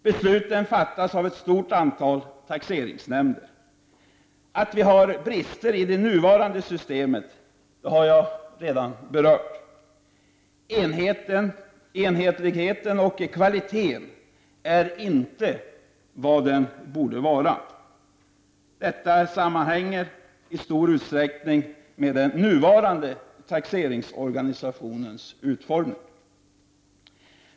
Besluten fattas av ett stort antal taxeringsnämnder. Att det finns brister i det nuvarande systemet har jag redan berört. Enhetligheten och kvaliteten är inte vad den borde vara. Detta sammanhänger i stor utsträckning med den nuvarande taxeringsorganisationens utformning.